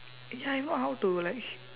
ya if not how to like